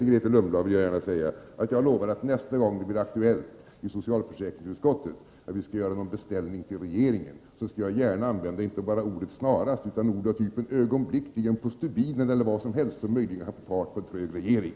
Till Grethe Lundblad vill jag säga att jag nästa gång det blir aktuellt i socialförsäkringsutskottet att göra en beställning till regeringen gärna skall använda inte bara ordet ”snarast” utan ord av typen ”ögonblickligen”, ”på stubinen” eller vad som helst som kan sätta fart på en trög regering.